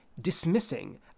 dismissing